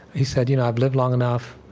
he said, you know, i've lived long enough.